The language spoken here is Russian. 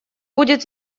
будет